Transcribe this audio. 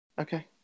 Okay